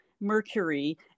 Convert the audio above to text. Mercury